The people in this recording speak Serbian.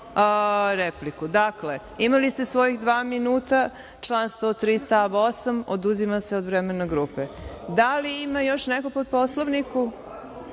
repliku. Dakle, imali ste svojih dva minuta, član 103. stav 8. oduzima se od vremena grupe. Da li ima još neko po Poslovniku? Izvinite,